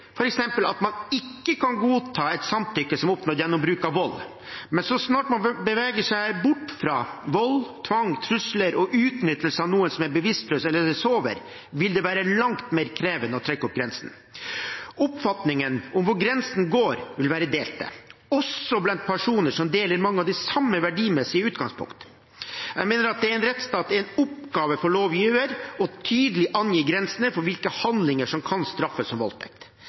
f.eks. at man ikke kan godta et samtykke som er oppnådd gjennom bruk av vold. Men så snart man beveger seg bort fra vold, tvang, trusler og utnyttelse av noen som er bevisstløs eller sover, vil det være langt mer krevende å trekke opp grensen. Oppfatningen av hvor grensen går, vil være delt, også blant personer som deler mange av de samme verdimessige utgangspunktene. Jeg mener at det i en rettsstat er en oppgave for lovgiver tydelig å angi grensene for hvilke handlinger som kan straffes som voldtekt.